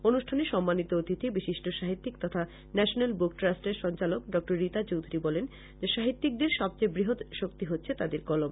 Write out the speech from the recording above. অনুষ্ঠানের সম্মানিত অতিথি বিশিষ্ট সাহিত্যিক তথা নেশন্যাল বুক ট্রাষ্টের সঞ্চালক ডক্টর রীতা চৌধুরী বলেন সাহিত্যিকদের সব চেয়ে বৃহৎ শক্তি হচ্ছে তাদের কলম